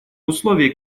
условиях